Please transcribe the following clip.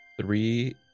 Three